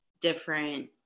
different